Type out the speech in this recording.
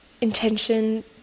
intention